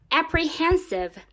,apprehensive